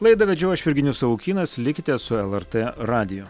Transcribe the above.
laidą vedžiau aš virginijus savukynas likite su lrt radiju